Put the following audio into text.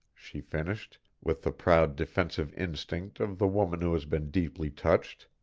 she finished, with the proud defensive instinct of the woman who has been deeply touched.